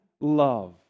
love